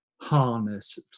harness